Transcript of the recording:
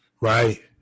Right